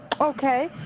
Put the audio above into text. Okay